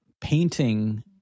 painting